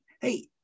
Hey